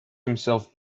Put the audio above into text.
himself